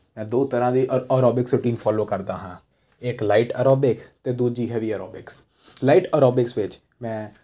ਮੈਂ ਦੋ ਤਰ੍ਹਾਂ ਦੀ ਅ ਐਰੋਬਿਕਸ ਰੁਟੀਨ ਫੋਲੋ ਕਰਦਾ ਹਾਂ ਇੱਕ ਲਾਈਟ ਐਰੋਬਿਕਸ ਅਤੇ ਦੂਜੀ ਹੈਵੀ ਐਰੋਬਿਕਸ ਲਾਈਟ ਰੋਬਿਕਸ ਵਿੱਚ ਮੈਂ